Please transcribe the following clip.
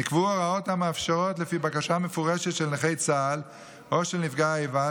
לפי בקשה מפורשת של נכי צה"ל או של נפגעי האיבה,